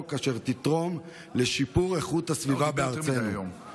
אשר תתרום לשיפור איכות הסביבה בארצנו.